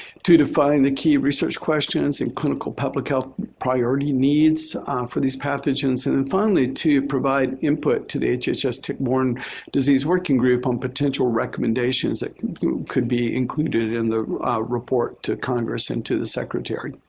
to define the key research questions and clinical public health priority needs for these pathogens, and and finally to provide input to the hhs tick-borne disease working group on potential recommendations that could be included in the report to congress into the secretary.